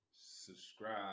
subscribe